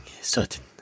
certain